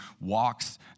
walks